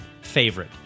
favorite